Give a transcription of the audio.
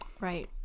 Right